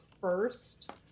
first